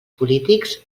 polítics